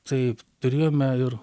taip turėjome ir